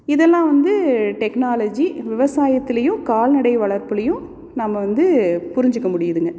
இதெல்லாம் வந்து டெக்னாலஜி விவசாயத்துலேயும் கால்நடை வளர்ப்புலேயும் நம்ம வந்து புரிஞ்சுக்க முடியுதுங்க